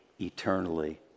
eternally